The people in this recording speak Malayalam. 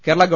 കേരള ഗവ